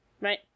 Right